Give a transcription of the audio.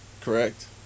Correct